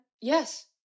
Yes